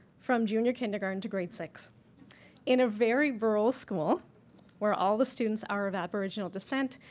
from junior kindergarten to grade six in a very rural school where all the students are of aboriginal descent,